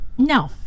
No